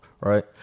right